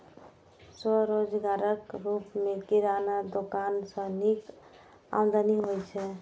स्वरोजगारक रूप मे किराना दोकान सं नीक आमदनी होइ छै